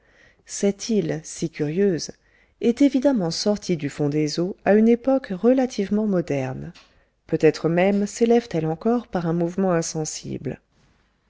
cette île si curieuse est évidemment sortie du fond des eaux à une époque relativement moderne peut-être même sélève t elle encore par un mouvement insensible